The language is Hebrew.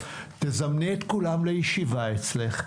תזמני את כולם לישיבה אצלך,